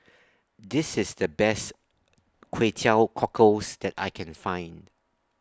This IS The Best Kway Teow Cockles that I Can Find